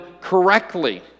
correctly